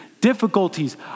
difficulties